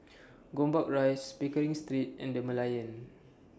Gombak Rise Pickering Street and The Merlion